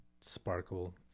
sparkle